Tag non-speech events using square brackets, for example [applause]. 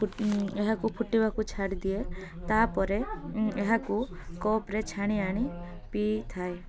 [unintelligible] ଏହାକୁ ଫୁଟିବାକୁ ଛାଡ଼ିଦିଏ ତା'ପରେ ଏହାକୁ କପ୍ରେ ଛାଣି ଆଣି ପିଇଥାଏ